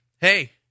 hey